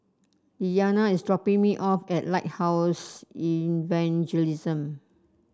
Lilyana is dropping me off at Lighthouse Evangelism